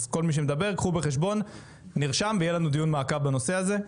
אז כל מי שמדבר קחו בחשבון שנרשם ויהיה לנו דיון מעקב בנושא הזה.